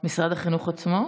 משרד החינוך עצמו?